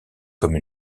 comme